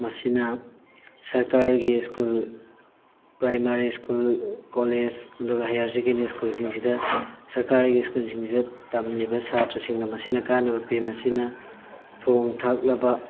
ꯃꯁꯤꯅ ꯁꯔꯀꯥꯔꯒꯤ school primary school college ꯑꯗꯨꯒ ꯍꯥꯏꯌꯔ ꯁꯦꯀꯦꯟꯗꯔꯤ ꯁ꯭ꯀꯨꯜꯁꯤꯡꯁꯤꯗ ꯁꯔꯀꯥꯔꯒꯤ ꯁ꯭ꯀꯨꯜꯁꯤꯡꯁꯤꯗ ꯇꯝꯂꯤꯕ ꯁꯥꯇ꯭ꯔꯁꯤꯡꯗ ꯃꯁꯤꯅ ꯀꯥꯅꯕ ꯄꯤ ꯃꯁꯤꯅ ꯊꯣꯡ ꯊꯥꯛꯂꯕ